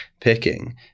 picking